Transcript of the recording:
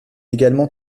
également